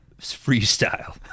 freestyle